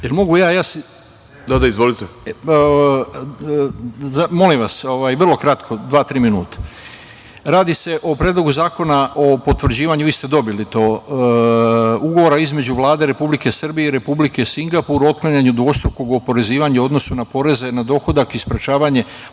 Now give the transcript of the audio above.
Izvolite. **Radomir Dmitrović** Molim vas, vrlo kratko, dva, tri minuta. Radi se o Predlogu zakona o potvrđivanja, vi ste dobili to, Ugovora između Vlade Republike Srbije i Republike Singapur otklanjanje dvostrukog oporezivanje u odnosu na poreze na dohodak i sprečavanje